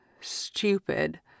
stupid